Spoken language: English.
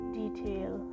detail